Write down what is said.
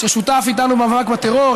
ששותף איתנו במאבק בטרור,